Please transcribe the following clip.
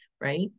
right